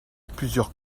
plusieurs